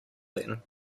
then